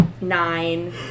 nine